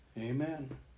Amen